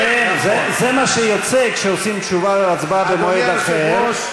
זה מה שיוצא כשעושים תשובה והצבעה במועד אחר,